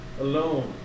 alone